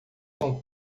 são